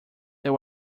that